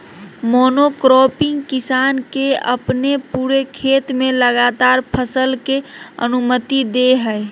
monocropping किसान के अपने पूरे खेत में लगातार फसल के अनुमति दे हइ